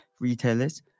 retailers